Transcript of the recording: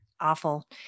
awful